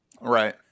Right